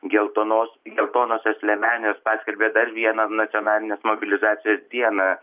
geltonos geltonosios liemenės paskelbė dar vieną nacionalinės mobilizacijos dieną